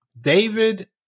David